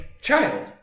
child